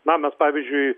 na mes pavyzdžiui